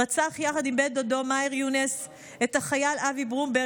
רצח יחד עם בן דודו מאהר יונס את החייל אבי ברומברג